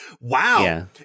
Wow